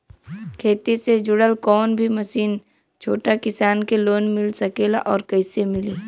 खेती से जुड़ल कौन भी मशीन छोटा किसान के लोन मिल सकेला और कइसे मिली?